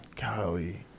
Golly